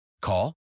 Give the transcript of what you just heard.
Call